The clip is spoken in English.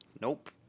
Nope